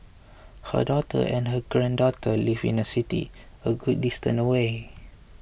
her daughter and her granddaughter live in a city a good distance away